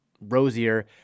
rosier